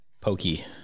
Pokey